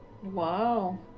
Wow